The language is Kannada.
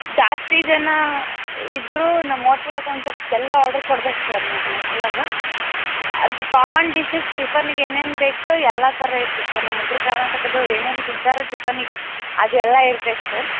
ಜಾಸ್ತಿ ಜನ ಇದ್ದರೂ ನಮ್ಮ ಓಟ್ಲಾಗ ಒಂದು ಸಲ್ಪ್ ಜಲ್ದಿ ಆರ್ಡ್ರ್ ಕೊಡ್ಬೇಕು ಸರ್ ನಮ್ಮ ಓಟ್ಲಾಗ ಅದು ಕಾಮನ್ ಡಿಶಸ್ ಟಿಫನ್ನಿಗೆ ಏನೇನು ಬೇಕೋ ಎಲ್ಲ ಥರ ಇರತ್ತೆ ಸರ್ ನಮ್ಮ ಉತ್ತರ ಕರ್ನಾಟಕದ್ದು ಏನೇನು ತಿಂತಾರೋ ಟಿಫನ್ನಿಗೆ ಅದು ಎಲ್ಲ ಇರ್ತೈತೆ ಸರ್